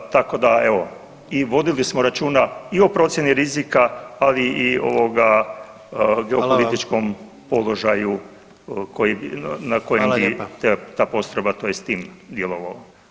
Tako da evo i vodili smo računa i o procjeni rizika, ali i ovoga geopolitičkom [[Upadica: Hvala vam.]] položaju koji, na koje bi ta [[Upadica: Hvala lijepa.]] postrojba tj. tim djelovao.